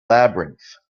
labyrinth